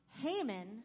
Haman